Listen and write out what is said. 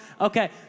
Okay